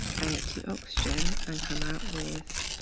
add it to oxygen and come out with